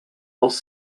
els